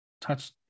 touch